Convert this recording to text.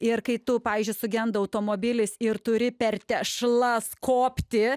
ir kai tu pavyzdžiui sugenda automobilis ir turi per tešlas kopti